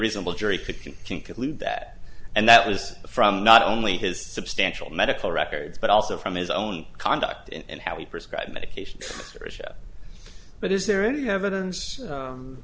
reasonable jury fifteen can conclude that and that was from not only his substantial medical records but also from his own conduct and how we prescribe medications for asia but is there any evidence